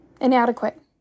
Inadequate